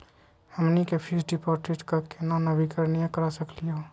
हमनी के fix deposit क केना नवीनीकरण करा सकली हो?